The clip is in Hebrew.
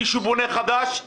שם אני